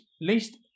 least